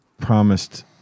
promised